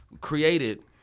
created